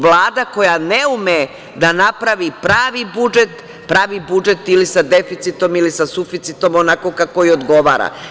Vlada koja ne ume da napravi pravi budžet, pravi budžet ili sa deficitom ili sa suficitom, onako kako joj odgovara.